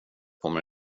kommer